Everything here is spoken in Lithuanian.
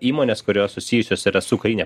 įmones kurios susijusios su karine